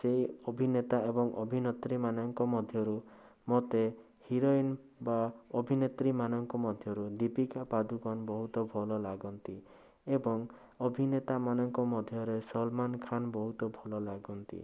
ସେଇ ଅଭିନେତା ଏବଂ ଅଭିନେତ୍ରୀମାନଙ୍କ ମଧ୍ୟରୁ ମୋତେ ହିରୋଇନ୍ ବା ଅଭିନେତ୍ରୀମାନଙ୍କ ମଧ୍ୟରୁ ଦୀପିକା ପାଦୁକୋନ୍ ବହୁତ ଭଲଲାଗନ୍ତି ଏବଂ ଅଭିନେତାମାନଙ୍କ ମଧ୍ୟରେ ସଲମାନ୍ ଖାନ୍ ବହୁତ ଭଲ ଲାଗନ୍ତି